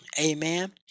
Amen